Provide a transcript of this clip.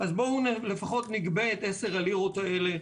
לפחות נגבה את עשר הלירות הללו,